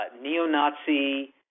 Neo-Nazi